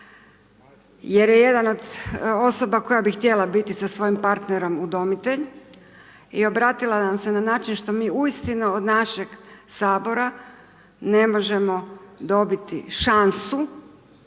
jer je jedan od osoba koja bi htjela biti sa svojim partnerom udomitelj, i obratila nam se na način što mi uistinu od našeg Sabora ne možemo dobiti šansu